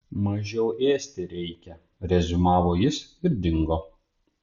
mažiau ėsti reikia reziumavo jis ir dingo